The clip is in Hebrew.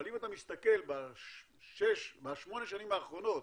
אבל אם אתה מסתכל בשש מהשמונה שנים האחרונות